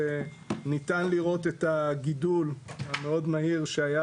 ניתן לראות את הגידול המאוד מהיר שהיה